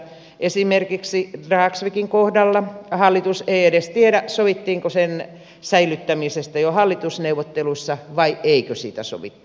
esimerkiksi dragsvikin kohdalla hallitus ei edes tiedä sovittiinko sen säilyttämisestä jo hallitusneuvottelussa vai eikö siitä sovittu